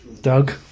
Doug